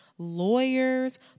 lawyers